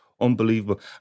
unbelievable